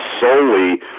solely